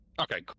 Okay